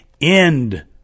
end